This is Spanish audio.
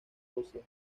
rusia